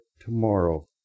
tomorrow